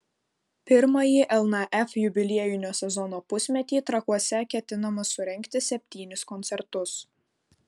pirmąjį lnf jubiliejinio sezono pusmetį trakuose ketinama surengti septynis koncertus